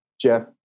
Jeff